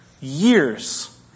years